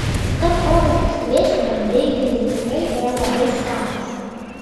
ta proga pastebėsiu kad beigeliai tikrai yra labai skanūs